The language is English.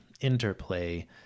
interplay